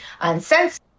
uncensored